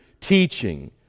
teaching